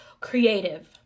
creative